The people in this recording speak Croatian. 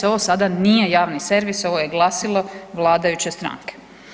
Ovo sada nije javni servis ovo je glasilo vladajuće stranke.